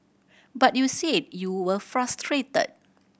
but you said you were frustrated